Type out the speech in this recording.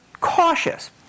cautious